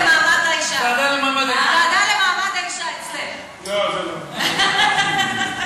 חברת הכנסת סלימאן,